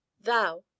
Thou